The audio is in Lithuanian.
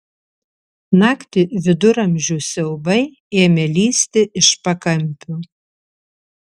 naktį viduramžių siaubai ėmė lįsti iš pakampių